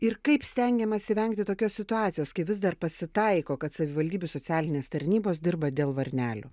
ir kaip stengiamasi vengti tokios situacijos kai vis dar pasitaiko kad savivaldybių socialinės tarnybos dirba dėl varnelių